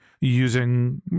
using